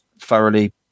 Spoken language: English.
thoroughly